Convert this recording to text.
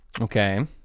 Okay